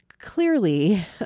Clearly